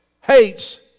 hates